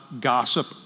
gossip